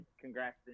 Congrats